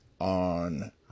on